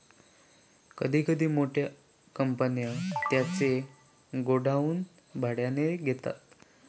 कधी कधी मोठ्या कंपन्या त्यांचे गोडाऊन भाड्याने घेतात